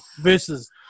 versus